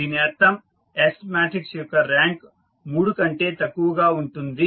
దీని అర్థం S matrix యొక్క ర్యాంక్ 3 కంటే తక్కువ గా ఉంటుంది